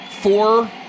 four